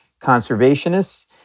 conservationists